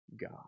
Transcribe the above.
god